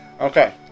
Okay